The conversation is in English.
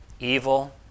evil